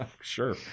sure